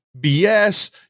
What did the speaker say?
BS